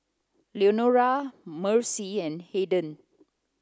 Leonora Marcie and Haden